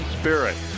Spirit